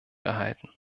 erhalten